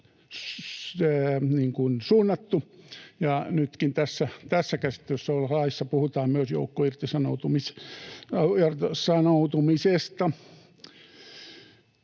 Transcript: suunnattu. Nytkin tässä käsittelyssä olevassa laissa puhutaan myös joukkoirtisanoutumisesta.